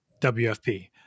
WFP